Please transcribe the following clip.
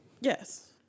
Yes